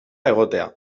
egotea